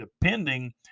depending